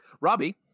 Robbie